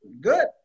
Good